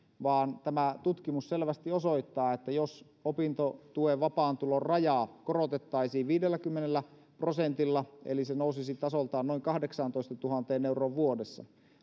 vaan tämä tutkimus selvästi osoittaa että jos opintotuen vapaan tulon rajaa korotettaisiin viidelläkymmenellä prosentilla eli se nousisi tasoltaan noin kahdeksaantoistatuhanteen euroon vuodessa